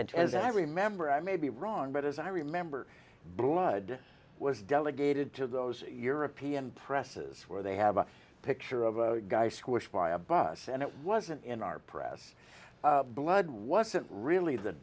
sent as i remember i may be wrong but as i remember blood was delegated to those european presses where they have a picture of a guy squished by a bus and it wasn't in our press blood wasn't really the